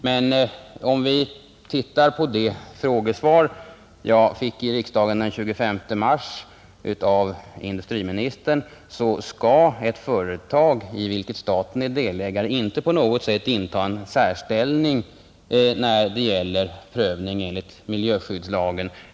Men om vi ser på det frågesvar jag fick i riksdagen den 25 mars av industriministern, finner vi att ett företag i vilket staten är delägare inte skall inta en särställning på något sätt när det gäller prövning enligt miljöskyddslagen.